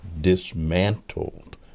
dismantled